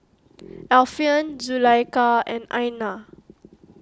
Alfian Zulaikha and Aina